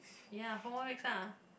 ya four more weeks ah